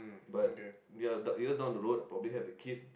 but ya down years down the road I probably have a kid